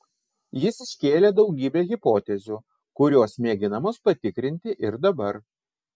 jis iškėlė daugybę hipotezių kurios mėginamos patikrinti ir dabar